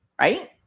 right